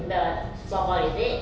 the floorball is it